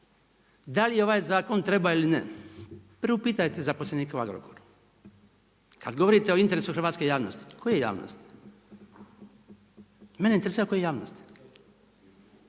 Da li ovaj zakon treba ili ne, priupitajte zaposlenike u Agrokoru. Kada govorite o interesu hrvatske javnosti, koje javnosti, mene interesira koje javnosti?